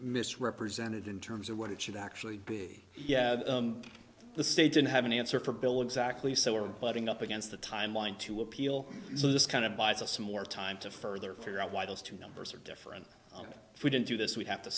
misrepresented in terms of what it should actually be yeah the state didn't have an answer for bill exactly so we're butting up against the time line to appeal so this kind of buys us more time to further figure out why those two numbers are different and if we didn't do this we have to